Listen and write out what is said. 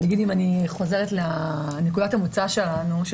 אם אני חוזרת לנקודתה מוצא שלנו של